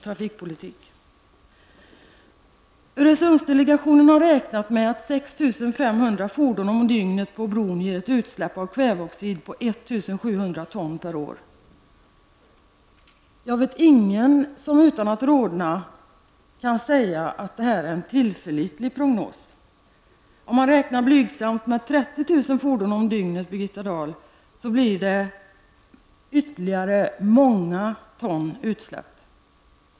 Öresundsdelegationen har räknat ut att om 6 500 fordon per dygn färdas på bron ger detta utsläpp av kväveoxid på 1 700 ton per år. Jag vet ingen som utan att rodna kan säga att detta är en tillförlitlig prognos. Om man blygsamt räknar med 30 000 fordon om dygnet blir det ytterligare många ton utsläpp.